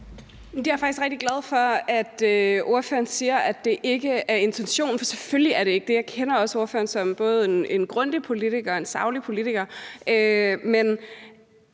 Jeg er faktisk rigtig glad for, at ordføreren siger, at det ikke er intentionen. For selvfølgelig er det ikke det. Jeg kender også ordføreren som en både grundig politiker og saglig politiker.